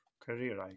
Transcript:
career